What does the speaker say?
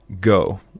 go